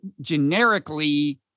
generically